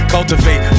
Cultivate